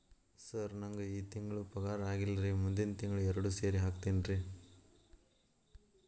sir ನಂಗ ಈ ತಿಂಗಳು ಪಗಾರ ಆಗಿಲ್ಲಾರಿ ಮುಂದಿನ ತಿಂಗಳು ಎರಡು ಸೇರಿ ಹಾಕತೇನ್ರಿ